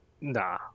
Nah